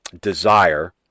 desire